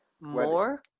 More